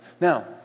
Now